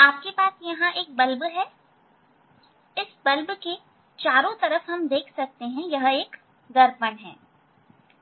आपके पास यहां बल्ब है इस बल्ब के चारों तरफ हम देख सकते हैं कि यह एक दर्पण है